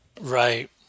Right